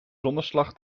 zonneslag